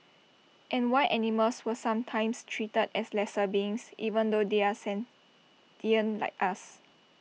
and why animals were sometimes treated as lesser beings even though they are sentient like us